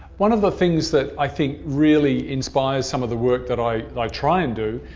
one of the things that i think really inspires some of the work that i like try and do,